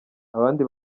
abandi